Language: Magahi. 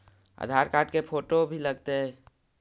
आधार कार्ड के फोटो भी लग तै?